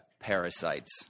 parasites